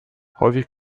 häufig